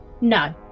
No